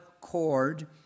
cord